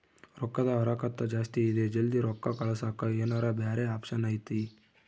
ರೊಕ್ಕದ ಹರಕತ್ತ ಜಾಸ್ತಿ ಇದೆ ಜಲ್ದಿ ರೊಕ್ಕ ಕಳಸಕ್ಕೆ ಏನಾರ ಬ್ಯಾರೆ ಆಪ್ಷನ್ ಐತಿ?